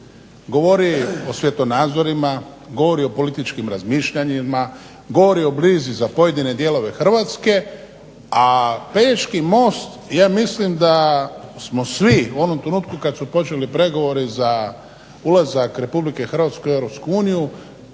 Govori o svjetonazorima, govori o političkim razmišljanjima, govori o brizi za pojedine dijelove Hrvatske, a Pelješki most ja mislim da smo svi u onom trenutku kada su počeli pregovori za ulazak RH u EU trebali gurati i